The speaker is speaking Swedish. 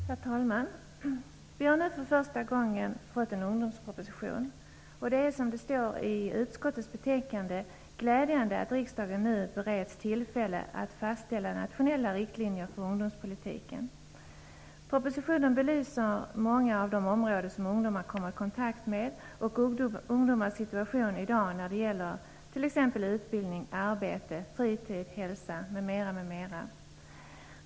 Herr talman! Vi har nu för första gången fått en ungdomsproposition, och det är som det står i utskottets betänkande glädjande att riksdagen nu bereds tillfälle att fastställa nationella riktlinjer för ungdomspolitiken. Propositionen belyser många av de områden som ungdomar kommer i kontakt med och ungdomars situation i dag när det gäller utbildning, arbete, fritid, hälsa, m.m.m.m.